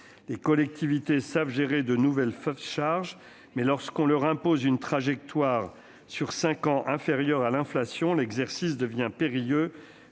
Les collectivités savent gérer de nouvelles charges, mais, lorsqu'on leur impose une trajectoire sur cinq ans inférieure à l'inflation, l'exercice devient périlleux,